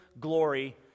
glory